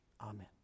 Amen